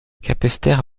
capesterre